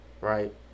right